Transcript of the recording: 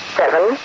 seven